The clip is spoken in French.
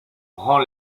rend